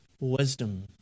wisdom